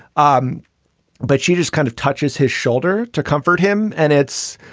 um but she just kind of touches his shoulder to comfort him. and it's,